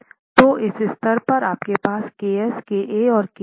तो इस स्तर पर आपके पास ks ka और kp हैं